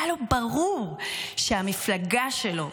היה לו ברור שהמפלגה שלו,